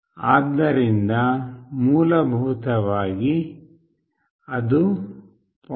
ಆದ್ದರಿಂದ ಮೂಲಭೂತವಾಗಿ ಅದು 0